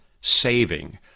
saving